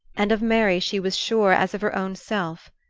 and of mary she was sure as of her own self.